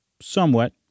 somewhat